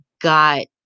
got